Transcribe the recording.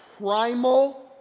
primal